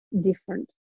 different